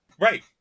Right